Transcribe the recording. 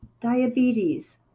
diabetes